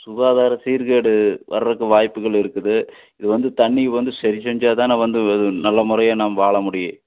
சுகாதார சீர்கேடு வர்றதுக்கு வாய்ப்புகள் இருக்குது இதுவந்து தண்ணி வந்து சரி செஞ்சால்தான வந்து நல்லமுறையாக நம்ம வாழமுடியும்